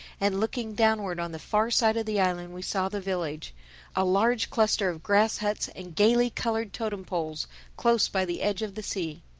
and looking downward on the far side of the island, we saw the village a large cluster of grass huts and gaily colored totem-poles close by the edge of the sea.